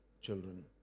children